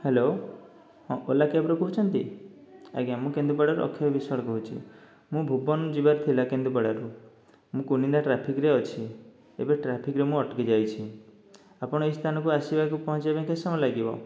hello ହଁ ଓଲା କ୍ୟାବ୍ରୁ କହୁଛନ୍ତି ଆଜ୍ଞା ମୁଁ କେନ୍ଦୁପଡ଼ାରୁ ଅକ୍ଷୟ ବିଶ୍ୱାଳ କହୁଛି ମୁଁ ଭୁବନ ଯିବାର ଥିଲା କେନ୍ଦୁପଡ଼ାରୁ ମୁଁ କୁନିନ୍ଦା ଟ୍ରାଫିକ୍ରେ ଅଛି ଏବେ ଟ୍ରାଫିକ୍ରେ ମୁଁ ଅଟକି ଯାଇଛି ଆପଣ ଏ ସ୍ଥାନକୁ ଆସିବାକୁ ପହଁଞ୍ଚିବା ପାଇଁ କେତେ ସମୟ ଲାଗିବ